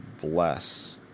bless